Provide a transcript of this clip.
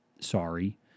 Sorry